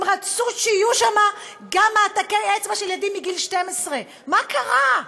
הם רצו שיהיו שם גם מעתקי אצבע של ילדים מגיל 12. מה קרה?